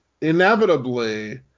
inevitably